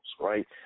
right